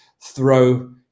throw